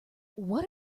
what